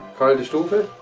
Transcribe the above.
just over